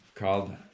called